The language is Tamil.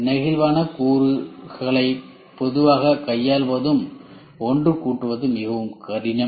நெகிழ்வான கூறுகளைக் பொதுவாக கையாள்வதும் ஒன்று கூட்டுவதும் மிகவும் கடினம்